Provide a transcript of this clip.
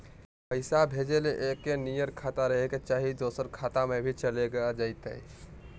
पैसा भेजे ले एके नियर खाता रहे के चाही की दोसर खाता में भी चलेगा जयते?